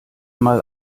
mal